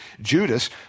Judas